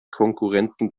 konkurrenten